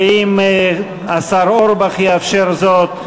ואם השר אורבך יאפשר זאת,